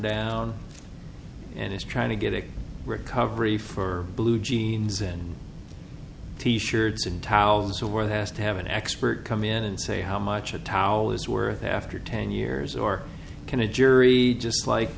down and is trying to get a recovery for blue jeans and t shirts and towels or they asked to have an expert come in and say how much a towel is worth after ten years or can a jury just like